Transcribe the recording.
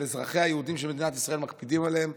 אזרחיה היהודים של מדינת ישראל מקפידים עליהם,